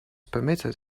permitted